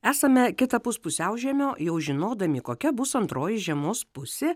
esame kitapus pusiaužiemio jau žinodami kokia bus antroji žiemos pusė